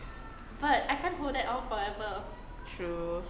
true